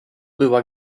była